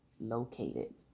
located